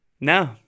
no